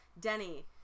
Denny